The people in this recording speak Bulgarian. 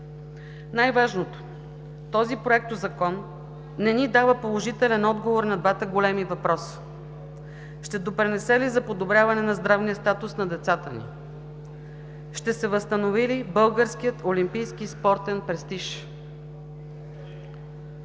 Най-важното е, че този Проектозакон не ни дава положителен отговор на двата големи въпроса: ще допринесе ли за подобряване на здравния статус на децата ни и ще се възстанови ли българският олимпийски спортен престиж?